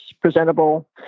presentable